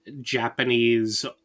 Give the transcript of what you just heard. Japanese